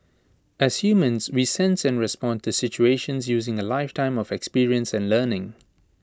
as humans we sense and respond to situations using A lifetime of experience and learning